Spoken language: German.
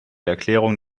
erklärung